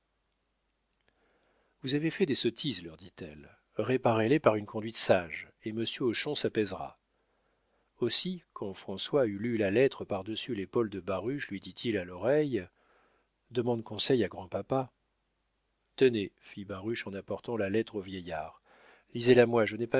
vous avez fait des sottises leur dit-elle réparez les par une conduite sage et monsieur hochon s'apaisera aussi quand françois eut lu la lettre par-dessus l'épaule de baruch lui dit-il à l'oreille demande conseil à grand-papa tenez fit baruch en apportant la lettre au vieillard lisez la moi je n'ai pas